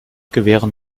gewähren